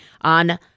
on